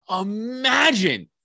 imagine